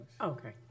Okay